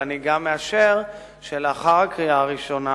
ואני גם מאשר שלאחר הקריאה הראשונה